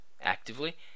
actively